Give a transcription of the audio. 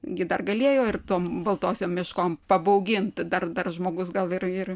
gi dar galėjo ir tom baltosiom meškom pabaugint dar dar žmogus gal ir ir